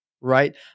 right